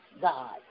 God